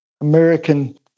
American